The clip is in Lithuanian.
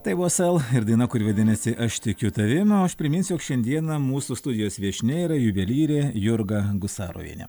tai buvo sel ir daina kuri vadinasi aš tikiu tavim o aš priminsiu jog šiandieną mūsų studijos viešnia yra juvelyrė jurga gusarovienė